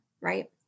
right